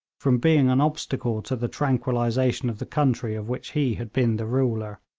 from being an obstacle to the tranquillisation of the country of which he had been the ruler.